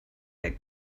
that